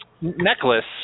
Necklace